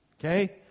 Okay